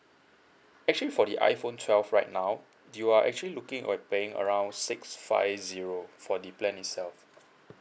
actually for the iPhone twelve right now you are actually looking at paying around six five zero for the plan itself